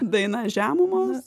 daina žemumos